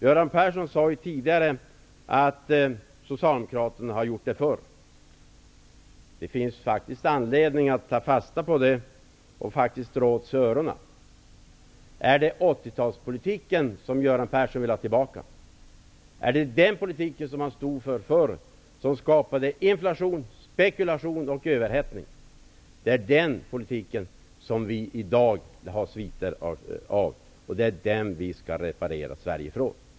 Göran Persson sade tidigare att socialdemokraterna har gjort det förr. Det finns faktiskt anledning att ta fasta på det och dra åt sig öronen. Är det 80-talspolitiken som Göran Persson vill ha tillbaka, den politik som man stod för förr, som skapade inflation, spekulation och överhettning? Det är den politiken som vi i dag ser sviterna av. Det är efter den vi skall reparera Sverige.